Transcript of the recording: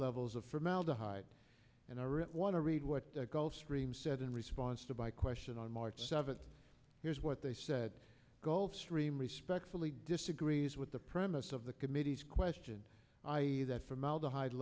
levels of formaldehyde and aren't want to read what the gulfstream said in response to my question on march seventh here's what they said gold stream respectfully disagrees with the premise of the committee's question that formaldehyde